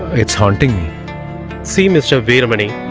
its haunting me see mr veeramani